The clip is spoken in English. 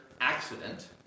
accident